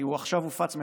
כי הוא עכשיו הופץ מחדש,